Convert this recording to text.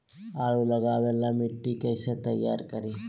आलु लगावे ला मिट्टी कैसे तैयार करी?